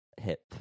Hip